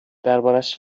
دربارش